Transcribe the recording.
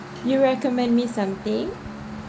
you you recommend me something